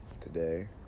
today